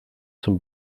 zum